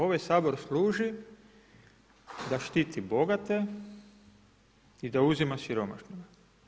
Ovaj Sabor služi da štiti bogate i da uzima siromašnima.